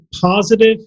positive